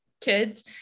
kids